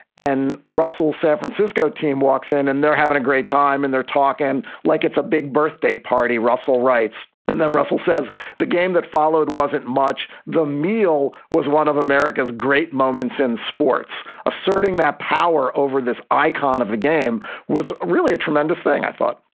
and russell, san francisco team walks in and they're having a great time in their talk and like it's a big birthday party, russell writes. and then russell says the game that followed wasn't much. the meal was one of america's great moments in sports, asserting that power over this icon of the game was really a tremendous thing. i thought,